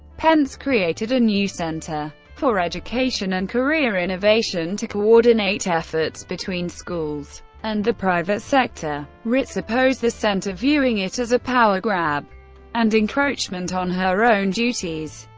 pence created a new center for education and career innovation to coordinate efforts between schools and the private sector ritz opposed the center, viewing it as a power grab and encroachment on her own duties.